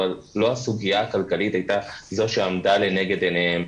אבל לא הסוגיה הכלכלית הייתה זו שעמדה לנגד עיניהם.